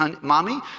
mommy